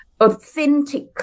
authentic